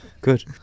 Good